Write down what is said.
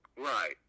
Right